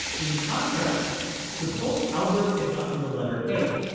in contrast suppose albert had gotten the letter a.